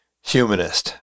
humanist